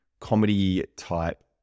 comedy-type